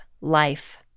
life